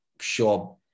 sure